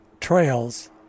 trails